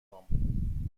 خوام